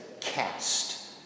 cast